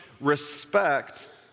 respect